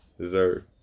deserve